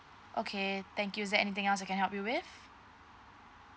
okay thank you is there anything else I can help you with